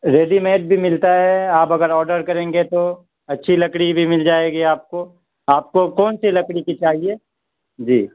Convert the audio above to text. ready made بھی ملتا ہے آپ اگر آڈر کریں گے تو اچھی لکڑی بھی مل جائے گی آپ کو آپ کو کون سی لکڑی کی چاہیے جی